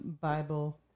Bible